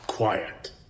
Quiet